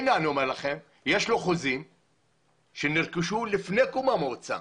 יש חוזים שנרכשו לפני קום המועצה,